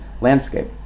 landscape